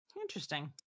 Interesting